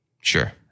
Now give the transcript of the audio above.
sure